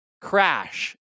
crash